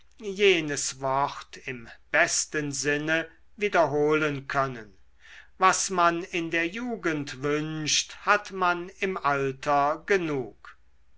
jenes wort im besten sinne wiederholen können was man in der jugend wünscht hat man im alter genug